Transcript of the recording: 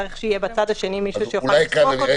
צריך שיהיה בצד השני מישהו שיוכל לסרוק אותו.